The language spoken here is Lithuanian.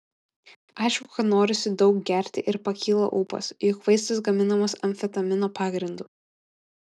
aišku kad norisi daug gerti ir pakyla ūpas juk vaistas gaminamas amfetamino pagrindu